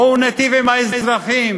בואו ניטיב עם האזרחים,